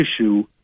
issue